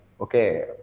okay